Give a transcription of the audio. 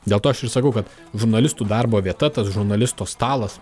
dėl to aš ir sakau kad žurnalistų darbo vieta tas žurnalisto stalas